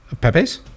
pepes